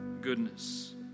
goodness